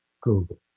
Google